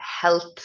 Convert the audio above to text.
health